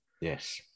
Yes